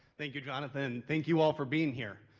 thank you jonathan, thank you all for being here.